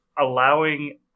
allowing